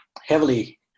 heavily